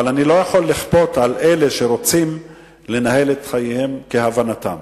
אבל אני לא יכול לכפות על אלה שרוצים לנהל את חייהם כהבנתם.